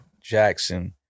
Jackson